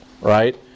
right